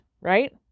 right